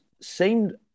seemed